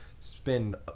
spend